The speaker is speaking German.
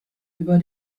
über